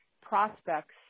prospects